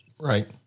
Right